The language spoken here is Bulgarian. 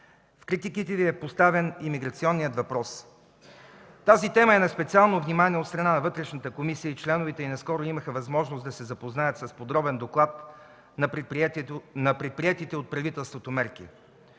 в критиките Ви е поставен имиграционният въпрос. Тази тема е на специално внимание от страна на Вътрешната комисия и членовете й наскоро имаха възможност да се запознаят с подробен доклад на предприетите от правителството мерки.